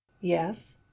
Yes